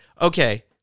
Okay